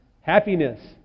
Happiness